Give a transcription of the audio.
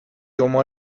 oma